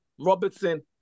Robertson